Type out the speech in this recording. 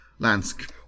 Lansk